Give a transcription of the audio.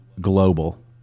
global